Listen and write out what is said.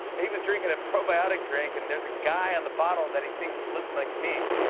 he was drinking a probiotic drink, and there's a guy on the bottle that he thinks looks like me.